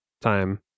time